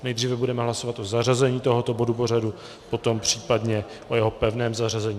Nejdříve budeme hlasovat o zařazení tohoto bodu pořadu, potom případně o jeho pevném zařazení.